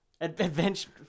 Adventure